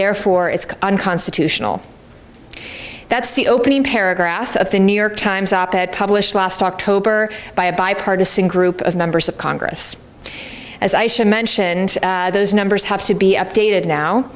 therefore it's unconstitutional that's the opening paragraph of the new york times op ed published last october by a bipartisan group of members of congress as i should mention and those numbers have to be updated now